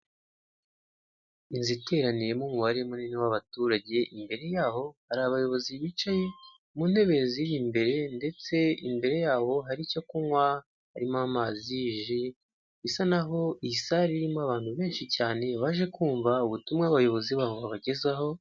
Inzu iteraniyemo umubare munini w'abaturage, imbere yabo hari abayobozi bicaye mu ntebe ziri imbere, ndetse imbere yabo hari icyo kunywa, harimo amazi, ji, bisa n'aho iyi sale irimo abantu benshi cyane, baje kumva ubutumwa abayobozi babo babagezaho.